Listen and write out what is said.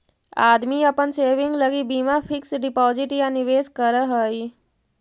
आदमी अपन सेविंग लगी बीमा फिक्स डिपाजिट या निवेश करऽ हई